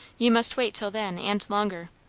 you must wait till then, and longer.